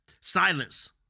silence